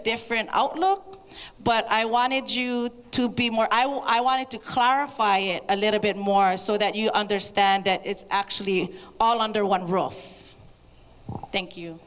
different outlook but i wanted you to be more i will i wanted to clarify it a little bit more so that you understand that it's actually all under one roof thank you